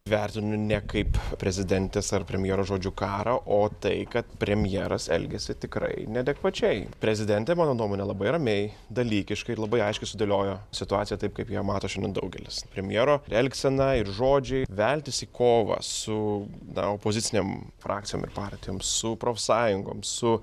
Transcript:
vertinu ne kaip prezidentės ar premjero žodžių karą o tai kad premjeras elgiasi tikrai neadekvačiai prezidentė mano nuomone labai ramiai dalykiškai ir labai aiškiai sudėliojo situaciją taip kaip ją mato šiandien daugelis premjero elgsena ir žodžiai veltis į kovą su na opozicinėm frakcijom ir partijom su profsąjungom su